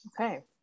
Okay